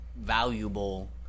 valuable